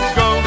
go